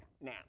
now